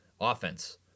offense